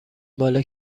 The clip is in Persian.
مال